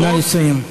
נא לסיים.